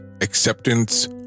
acceptance